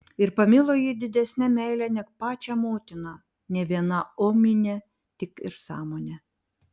ir pamilo jį didesne meile neg pačią motiną ne viena omine tik ir sąmone